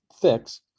fix